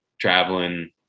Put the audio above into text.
traveling